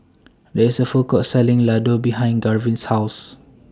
There IS A Food Court Selling Ladoo behind Garvin's House